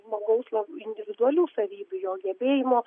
žmogaus la individualių savybių jo gebėjimo